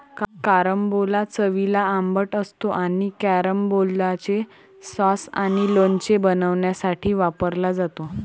carambola चवीला आंबट असतो आणि कॅरंबोलाचे सॉस आणि लोणचे बनवण्यासाठी वापरला जातो